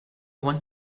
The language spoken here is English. want